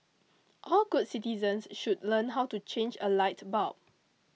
all good citizens should learn how to change a light bulb